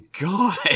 God